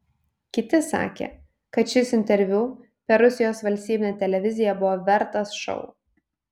kiti sakė kad šis interviu per rusijos valstybinę televiziją buvo vertas šou